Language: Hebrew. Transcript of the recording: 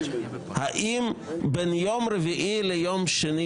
האם בין יום רביעי ליום שני,